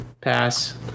Pass